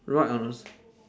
right on a